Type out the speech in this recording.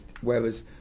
whereas